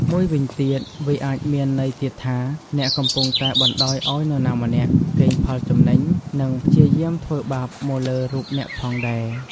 មួយវិញទៀត វាអាចមានន័យទៀតថា អ្នកកំពុងតែបណ្តោយឲ្យនរណាម្នាក់ កេងផលចំណេញ និង ព្យាយាមធ្វើបាបមកលើរូបអ្នកផងដែរ។